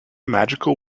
magical